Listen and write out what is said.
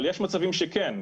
אבל יש מצבים שכן.